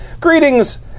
Greetings